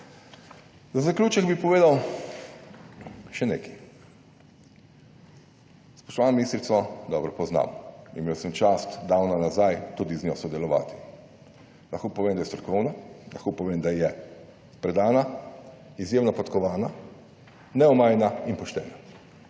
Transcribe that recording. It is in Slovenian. Za zaključek bi povedal še nekaj. Spoštovano ministrico dobro poznam, imel sem čast davno nazaj tudi z njo sodelovati. Lahko povem, da je strokovna, lahko povem, da je predana, izjemno podkovana, neomajna in poštena